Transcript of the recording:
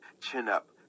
chin-up